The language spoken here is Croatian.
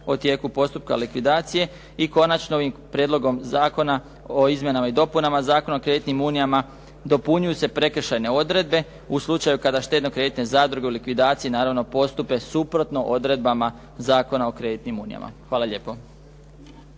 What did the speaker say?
o tijeku postupka likvidacije i končano ovim Prijedlogom zakona o izmjenama i dopunama Zakona o kreditnim unijama dopunjuju se prekršajne odredbe u slučaju kada štedno-kreditne zadruge u likvidaciji naravno postupe suprotno odredbama Zakona o kreditnim unijama. Hvala lijepo.